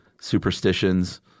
superstitions